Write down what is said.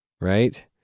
right